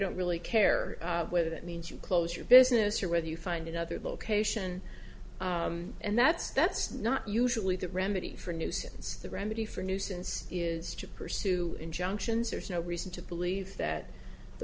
don't really care whether that means you close your business or whether you find another location and that's that's not usually the remedy for a nuisance the remedy for nuisance is to pursue injunctions there's no reason to believe that the